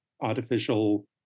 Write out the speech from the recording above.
artificial